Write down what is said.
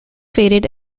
faded